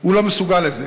הוא לא מסוגל לזה.